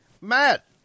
Matt